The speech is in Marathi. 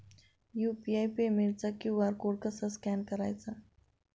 यु.पी.आय पेमेंटचा क्यू.आर कोड कसा स्कॅन करायचा?